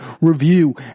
review